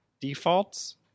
defaults